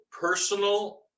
personal